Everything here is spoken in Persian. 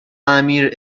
امیر